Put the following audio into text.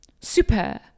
Super